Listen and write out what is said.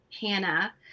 Hannah